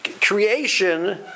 creation